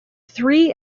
three